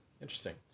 interesting